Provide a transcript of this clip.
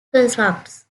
constructs